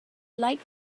like